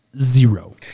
zero